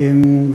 יהיה נחמד.